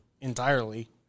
entirely